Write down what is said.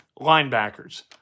linebackers